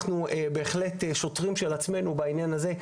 אנחנו בהחלט שוטרים של עצמנו בעניין הזה.